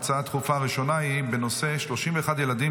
ההצעה הדחופה הראשונה היא בנושא: 31 ילדים